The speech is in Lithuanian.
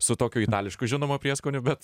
su tokiu itališku žinoma prieskoniu bet